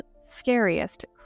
scariest